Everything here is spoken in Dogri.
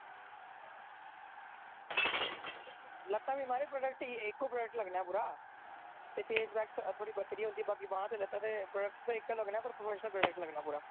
लत्तै गी बी महाराज प्रोडक्ट इक्को प्रोडक्ट लग्गना पूरे ते फेस वाश वैक्स थोह्ड़ी बक्खरी होंदी ऐ बाकी बांह् ते लत्तां प्रोडक्ट ते इक्को लग्गना पर प्रोफैशनल प्रोडक्ट लग्गना पूरा